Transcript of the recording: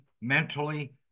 mentally